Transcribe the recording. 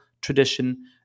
tradition